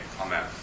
amen